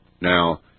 Now